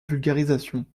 vulgarisation